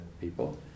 people